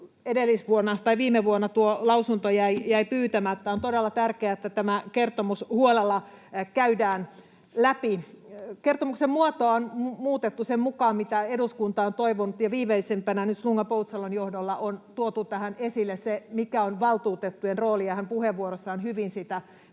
viime vuonna tuo lausunto jäi pyytämättä. On todella tärkeää, että tämä kertomus huolella käydään läpi. Kertomuksen muotoa on muutettu sen mukaan, mitä eduskunta on toivonut, ja viimeisimpänä nyt Slunga-Poutsalon johdolla on tuotu tähän esille se, mikä on valtuutettujen rooli, ja hän puheenvuorossaan hyvin sitä